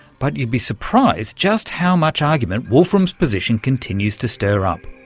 but you'd be surprised just how much argument wolfram's position continues to stir up.